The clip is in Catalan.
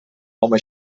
home